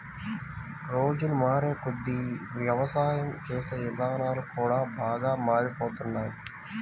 రోజులు మారేకొద్దీ యవసాయం చేసే ఇదానాలు కూడా బాగా మారిపోతున్నాయ్